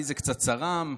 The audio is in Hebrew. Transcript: לי זה קצת צרם.